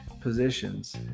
positions